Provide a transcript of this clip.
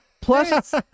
Plus